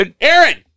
Aaron